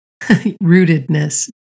Rootedness